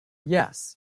yes